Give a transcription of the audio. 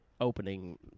opening